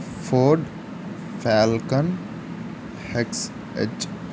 ford falcon X H